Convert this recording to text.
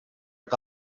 que